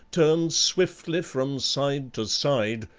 turned swiftly from side to side,